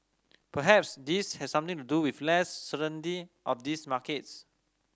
perhaps this has something to do with less certainty of these markets